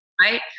Right